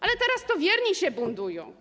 Ale teraz to wierni się buntują.